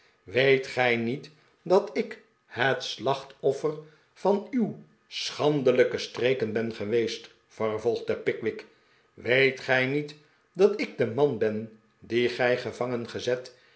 weet gij niet dat ik het slachtoffer van pickwick zegt dodson en fogg de waarheid uw schandelijke streken ben geweest vervolgde pickwick weet gij niet dat ik de man ben dien gij